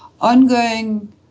ongoing